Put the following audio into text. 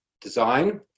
design